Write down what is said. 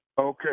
Okay